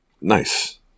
Nice